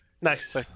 Nice